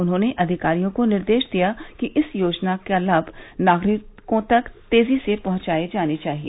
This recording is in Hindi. उन्होंने अधिकारियों को निर्देश दिया कि इस योजना के लाभ नागरिकों तक तेजी से पहुंचाये जाने चाहिए